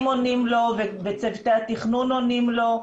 עונים לו וצוותי התכנון עונים לו.